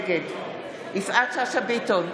נגד יפעת שאשא ביטון,